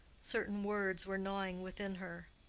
certain words were gnawing within her.